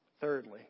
Thirdly